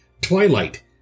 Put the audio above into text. Twilight